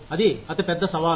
అది అతి పెద్ద సవాలు